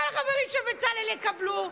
כל החברים של בצלאל יקבלו,